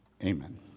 Amen